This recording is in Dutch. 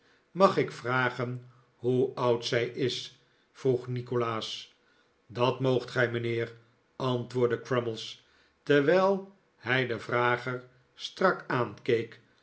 mag ik vragen hoe oud zij is vroeg nikolaas dat moogt gij mijnheer antwoordde crummies terwijl hij den vrager strak aankeek